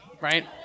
right